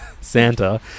Santa